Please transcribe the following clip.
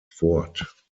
fort